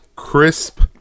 crisp